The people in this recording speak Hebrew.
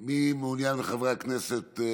מי הגיש מחברי הכנסת?